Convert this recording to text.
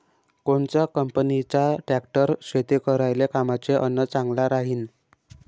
कोनच्या कंपनीचा ट्रॅक्टर शेती करायले कामाचे अन चांगला राहीनं?